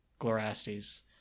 Glorastes